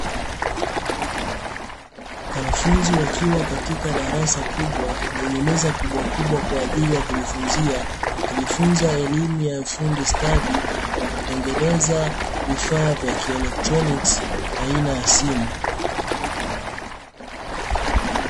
Wanafunzi wakiwa katika darasa kubwa, lenye meza kubwakubwa kwa ajili ya kujifunza, wakijifunza elimu ya ufundi stadi wa kutengeneza vifaa vya kielektroniki aina ya simu.